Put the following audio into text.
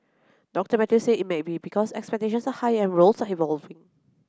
Doctor Mathews said it may be because expectations are higher and roles are evolving